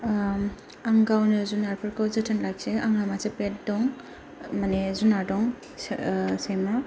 आं गावनो जुनारफोरखौ जोथोन लाखियो आंहा मासे पेट दं माने जुनार दं सैमा